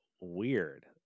weird